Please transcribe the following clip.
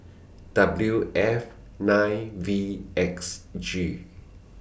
W F nine V X G